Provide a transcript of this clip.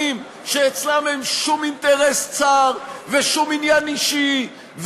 שאצלם אין שום אינטרס צר ושום עניין אישי,